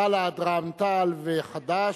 בל"ד, רע"ם-תע"ל וחד"ש.